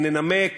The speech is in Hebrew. שננמק